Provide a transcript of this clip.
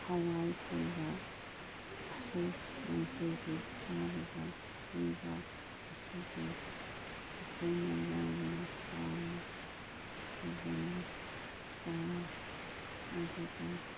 ꯍꯋꯥꯏ ꯊꯣꯡꯕ ꯑꯁꯤ ꯅꯨꯡꯇꯤꯒꯤ ꯆꯥꯔꯤꯕ ꯆꯤꯟꯖꯥꯛ ꯑꯁꯤꯒꯤ ꯑꯩꯈꯣꯏꯅ ꯌꯥꯝꯅ ꯍꯥꯎꯅ ꯐꯖꯅ ꯆꯥꯏ ꯑꯗꯨꯒ